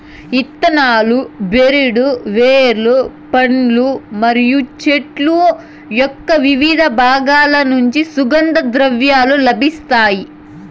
ఇత్తనాలు, బెరడు, వేర్లు, పండ్లు మరియు చెట్టు యొక్కవివిధ బాగాల నుంచి సుగంధ ద్రవ్యాలు లభిస్తాయి